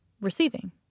receiving